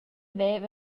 veva